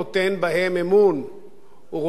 הוא רואה סכנה במנהיגותם.